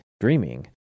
dreaming